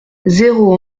zéro